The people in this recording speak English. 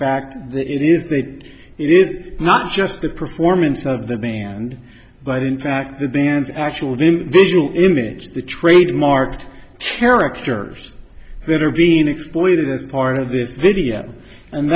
fact it is that it is not just the performance of the band but in fact the band's actual in visual image the trademark characters that are being exploited as part of this video and